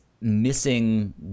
missing